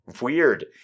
Weird